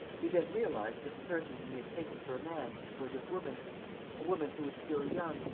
he then realized that the person whom he had taken for a man was a woman a woman who was still young,